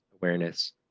awareness